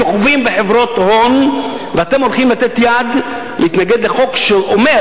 שוכבים בחברות הון ואתם הולכים לתת יד להתנגד לחוק שאומר